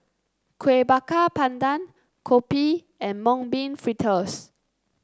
Kuih Bakar Pandan Kopi and Mung Bean Fritters